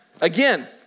again